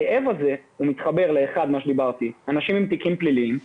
הכאב הזה מתחבר לאנשים עם תיקים פליליים.